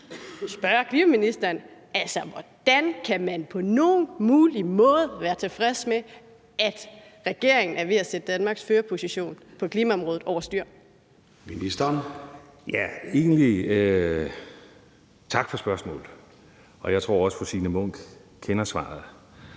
Hvordan kan man på nogen mulig måde være tilfreds med, at regeringen er ved at sætte Danmarks førerposition på klimaområdet over styr? Kl. 11:03 Formanden (Søren Gade):